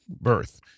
Birth